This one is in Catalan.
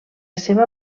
seva